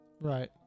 Right